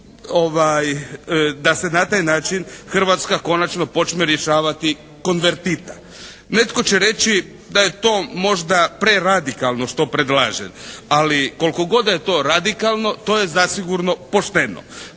da se na taj način Hrvatska konačno počne rješavati konvertita. Netko će reći da je to možda preradikalno što predlažem ali koliko god da je to radikalno to je zasigurno pošteno.